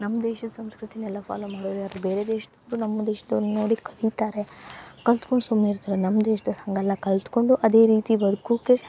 ನಮ್ಮ ದೇಶದ ಸಂಸ್ಕೃತಿನೆಲ್ಲ ಫಾಲೋ ಮಾಡೋದು ಯಾರು ಬೇರೆ ದೇಶದವ್ರು ನಮ್ಮ ದೇಶದವ್ರನ್ನ ನೋಡಿ ಕಲಿತಾರೆ ಕಲ್ತ್ಕೊಂಡು ಸುಮ್ನೆ ಇರ್ತಾರೆ ನಮ್ಮ ದೇಶದಲ್ಲಿ ಹಾಗಲ್ಲ ಕಲ್ತ್ಕೊಂಡು ಅದೇ ರೀತಿ ಬದ್ಕೋಕೆ